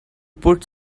put